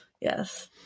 yes